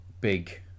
big